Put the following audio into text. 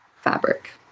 fabric